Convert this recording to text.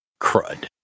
crud